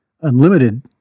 unlimited